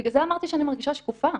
בגלל זה אמרתי שאני מרגישה שקופה.